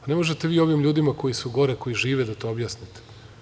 Pa, ne možete vi ovim ljudima koji su gore, koji žive, da to objasnite.